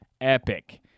Epic